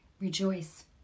rejoice